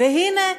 והנה,